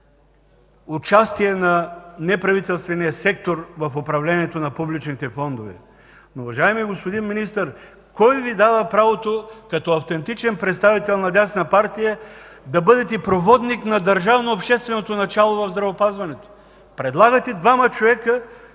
участие на неправителствения сектор в управлението на публичните фондове. Но, уважаеми господин Министър, кой Ви дава правото като автентичен представител на дясна партия да бъдете проводник на държавно-общественото начало в здравеопазването? Предлагате двама човека